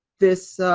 this